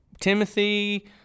Timothy